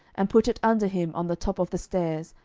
and put it under him on the top of the stairs,